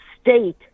state